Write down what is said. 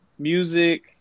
music